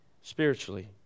spiritually